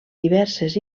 diverses